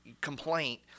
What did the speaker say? complaint